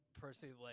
personally